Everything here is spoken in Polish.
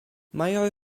major